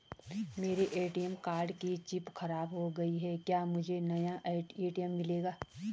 मेरे ATM card की chip खराब हो गयी है क्या मुझे नया ए.टी.एम मिलेगा?